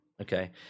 Okay